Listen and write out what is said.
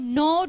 no